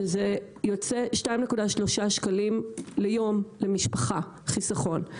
שזה יוצא 2.3 שקלים ליום למשפחה חיסכון,